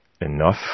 enough